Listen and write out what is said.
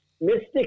Mystic